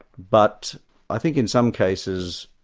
but i think in some cases,